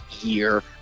year